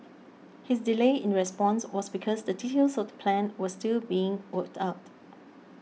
his delay in response was because the details of the plan were still being worked out